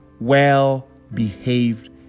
well-behaved